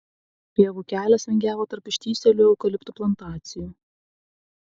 pievų kelias vingiavo tarp ištįsėlių eukaliptų plantacijų